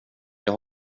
jag